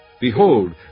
Behold